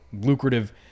lucrative